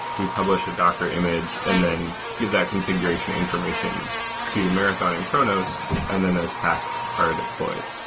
we publish a docker image and then give that configuration information to marathon and chronos and then those tasks are deployed.